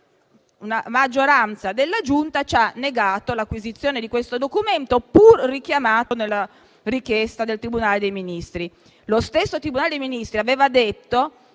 una maggioranza della Giunta ci ha negato l'acquisizione di questo documento, pur richiamato nella richiesta del Tribunale dei Ministri, il quale pure aveva detto